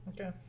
okay